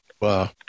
Wow